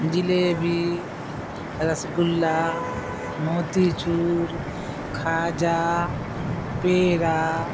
jalebi rasgulla motichoor khaja peda